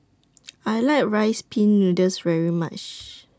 I like Rice Pin Noodles very much